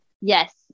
Yes